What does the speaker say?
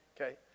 Okay